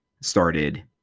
started